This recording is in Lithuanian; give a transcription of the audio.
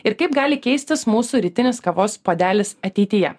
ir kaip gali keistis mūsų rytinis kavos puodelis ateityje